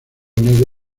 negro